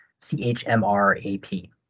C-H-M-R-A-P